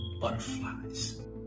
butterflies